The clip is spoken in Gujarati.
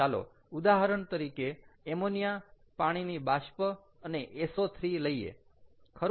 તો ચાલો ઉદાહરણ તરીકે એમોનિયા પાણીની બાષ્પ અને SO3 લઈએ